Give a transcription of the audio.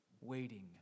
waiting